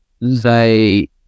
they-